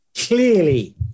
clearly